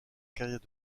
carrière